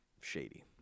shady